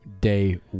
day